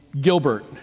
Gilbert